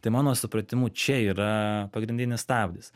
tai mano supratimu čia yra pagrindinis stabdis